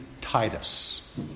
Titus